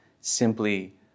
simply